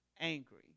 angry